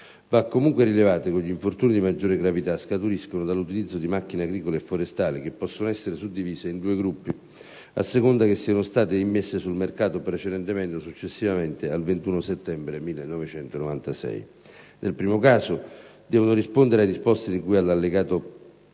Va, comunque, rilevato che gli infortuni di maggiore gravità scaturiscono dall'utilizzo di macchine agricole e forestali che possono essere suddivise in due gruppi a seconda che siano state immesse sul mercato precedentemente o successivamente al 21 settembre 1996; nel primo caso devono rispondere ai disposti di cui all'allegato V